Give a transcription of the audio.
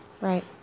Right